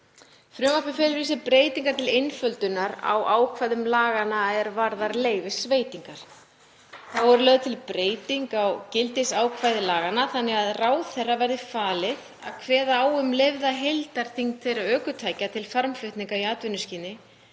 er að ræða breytingar til einföldunar á ákvæðum laganna er varða leyfisveitingar. Þá er lögð til breyting á gildissviðsákvæði laganna þannig að ráðherra verði falið að kveða á um leyfða heildarþyngd þeirra ökutækja til farmflutninga í atvinnuskyni